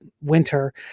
winter